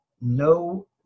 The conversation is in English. No